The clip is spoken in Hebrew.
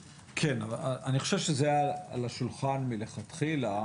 אני חושב שזה היה על השולחן מלכתחילה,